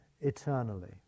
eternally